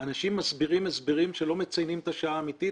אנשים מסבירים הסברים שלא מציינים את השעה האמיתית.